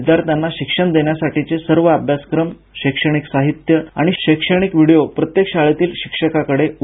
विद्यार्थ्यांना शिक्षण देण्यासाठीचे सर्व अभ्यासक्रम व शैक्षणिक साहित्य व शैक्षणिक व्हिडीओ प्रत्येक शाळेतील शिक्षकाकडे उपलब्ध आहेत